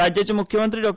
राज्याचे मुख्यमंत्री डॉ